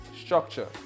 structure